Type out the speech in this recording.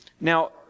Now